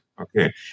Okay